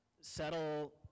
settle